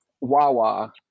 Wawa